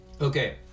Okay